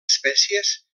espècies